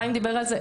חיים דיבר על זה,